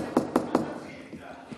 אל תתחיל אתנו.